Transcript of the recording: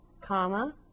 comma